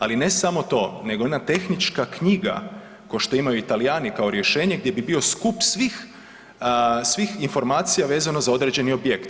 Ali ne samo to nego jedna tehnička knjiga ko što imaju Talijani kao rješenje gdje bi bio skup svih informacija vezano za određeni objekt.